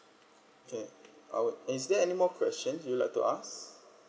okay our is there any more questions you like to ask